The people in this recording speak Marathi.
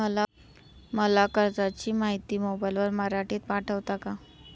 मला कर्जाची माहिती मोबाईलवर मराठीत पाठवता का?